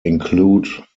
include